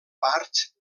parts